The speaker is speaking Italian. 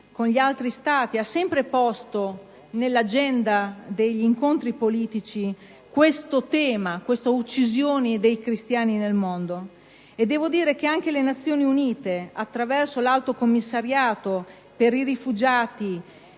con gli altri Stati, ha sempre posto nell'agenda degli incontri politici il tema dell'uccisione dei cristiani nel mondo. Anche le Nazioni Unite, attraverso l'Alto commissariato per i rifugiati,